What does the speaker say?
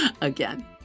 again